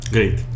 Great